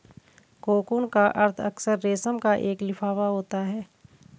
cocoon का अर्थ अक्सर रेशम का एक लिफाफा होता है